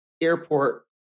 airport